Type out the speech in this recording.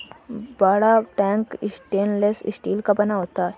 बड़ा tank stainless steel का बना होता है